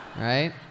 Right